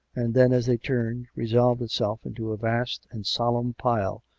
and then, as they turned, resolved itself into a vast and solemn pile,